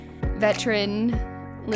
veteran